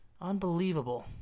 Unbelievable